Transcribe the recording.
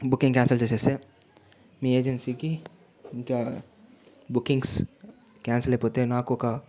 booking cancel చేసేస్తే మీ ఏజెన్సీకి ఇంకా బుకింగ్స్ క్యాన్సిల్ అయిపోతే నాకొక